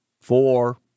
four